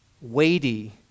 weighty